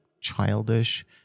childish